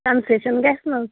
concession گژھِ نہ حظ